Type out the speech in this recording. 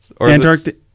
Antarctic